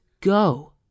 go